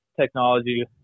technology